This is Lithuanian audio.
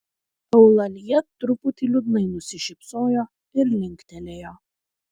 eulalija truputį liūdnai nusišypsojo ir linktelėjo